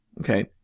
Okay